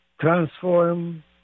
transform